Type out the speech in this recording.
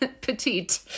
petite